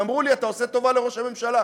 ואמרו לי: אתה עושה טובה לראש הממשלה.